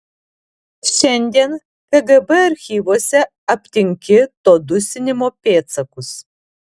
šiandien kgb archyvuose aptinki to dusinimo pėdsakus